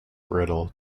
brittle